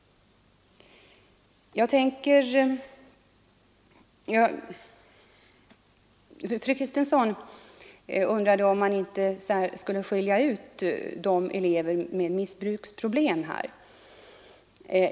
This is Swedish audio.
Fru Kristensson undrade om man inte skulle skilja ut elever med missbruksproblem.